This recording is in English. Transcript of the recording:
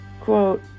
Quote